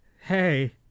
hey